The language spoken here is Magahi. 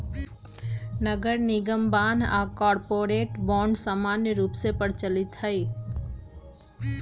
नगरनिगम बान्ह आऽ कॉरपोरेट बॉन्ड समान्य रूप से प्रचलित हइ